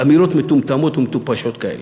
אמירות מטומטמות ומטופשות כאלה.